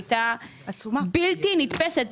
הייתה בלתי נתפסת,